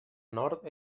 nord